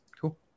cool